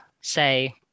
say